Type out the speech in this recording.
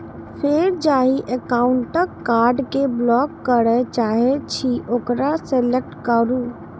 फेर जाहि एकाउंटक कार्ड कें ब्लॉक करय चाहे छी ओकरा सेलेक्ट करू